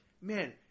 man